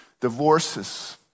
divorces